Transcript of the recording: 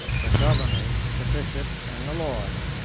the governors, the bishops, and the lords,